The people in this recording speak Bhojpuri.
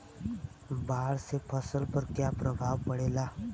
बाढ़ से फसल पर क्या प्रभाव पड़ेला?